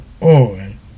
on